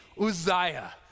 Uzziah